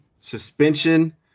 suspension